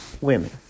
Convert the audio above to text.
women